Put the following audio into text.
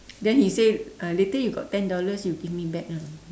then he say uh later you got ten dollars you give me back ah